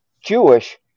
Jewish